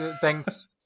thanks